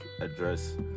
address